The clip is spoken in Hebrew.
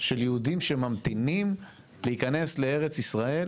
של יהודים שממתינים להיכנס לארץ ישראל,